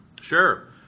Sure